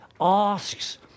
asks